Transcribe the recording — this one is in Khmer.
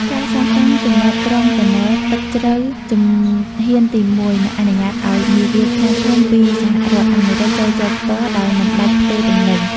ការសាងសង់ចំណតកុងតឺន័រទឹកជ្រៅជំហានទី១ នឹងអនុញ្ញាតឱ្យនាវាខ្នាតធំពីសហរដ្ឋអាមេរិកចូលចតផ្ទាល់ដោយមិនបាច់ផ្ទេរទំនិញ។